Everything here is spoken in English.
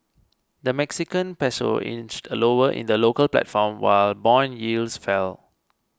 the Mexican Peso inched lower in the local platform while bond yields fell